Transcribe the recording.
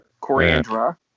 Coriander